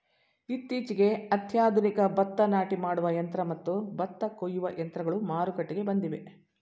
ಇತ್ತೀಚೆಗೆ ಅತ್ಯಾಧುನಿಕ ಭತ್ತ ನಾಟಿ ಮಾಡುವ ಯಂತ್ರ ಮತ್ತು ಭತ್ತ ಕೊಯ್ಯುವ ಯಂತ್ರಗಳು ಮಾರುಕಟ್ಟೆಗೆ ಬಂದಿವೆ